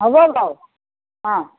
হ'ব বাৰু অ